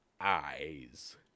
eyes